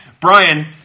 Brian